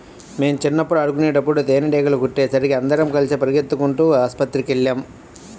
మేం చిన్నప్పుడు ఆడుకునేటప్పుడు తేనీగలు కుట్టేసరికి అందరం కలిసి పెరిగెత్తుకుంటూ ఆస్పత్రికెళ్ళాం